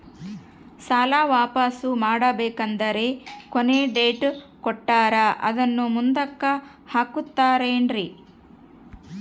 ಸಾಲ ವಾಪಾಸ್ಸು ಮಾಡಬೇಕಂದರೆ ಕೊನಿ ಡೇಟ್ ಕೊಟ್ಟಾರ ಅದನ್ನು ಮುಂದುಕ್ಕ ಹಾಕುತ್ತಾರೇನ್ರಿ?